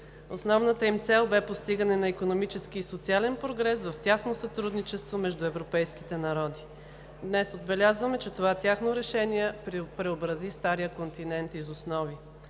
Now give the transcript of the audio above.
Основната им цел бе постигане на икономически и социален прогрес в тясно сътрудничество между европейските народи. Днес отбелязваме, че това тяхно решение преобрази Стария континент из основи.